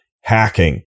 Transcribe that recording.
hacking